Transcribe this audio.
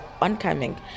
oncoming